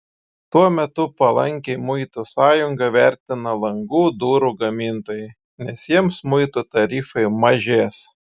tuo metu palankiai muitų sąjungą vertina langų durų gamintojai nes jiems muitų tarifai mažės